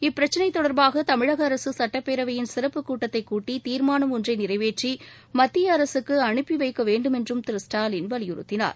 இப்பிரச்சினைதொடா்பாகதமிழகஅரசுசட்டப்பேரவையின் சிறப்புக் கூட்டத்தைக் கூட்டி தீர்மானம் ஒன்றைநிறைவேற்றிமத்தியஅரசுக்குஅனுப்பிவைக்கவேண்டுமென்றும் திரு ஸ்டாலின் வலியுறுத்தினார்